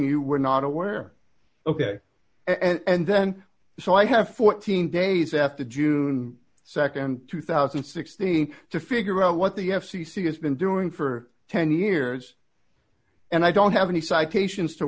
you were not aware ok and then so i have fourteen days after june nd two thousand and sixteen to figure out what the f c c has been doing for ten years and i don't have any citations to